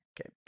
okay